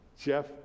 Jeff